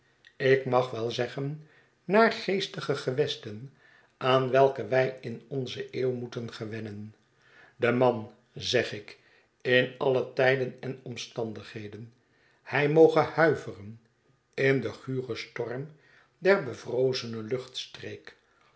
ik mag wel zeggen naargeestige gewesten aan welke wij in onze eeuw moeten gewennen de man zeg ik in alle tijden en omstandigheden hij moge huiveren in den guren storm der